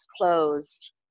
closed